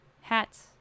hats